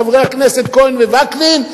חברי הכנסת כהן ווקנין,